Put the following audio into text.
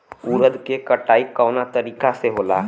उरद के कटाई कवना तरीका से होला?